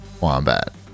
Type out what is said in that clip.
Wombat